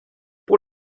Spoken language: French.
pour